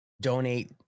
donate